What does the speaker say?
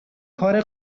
کار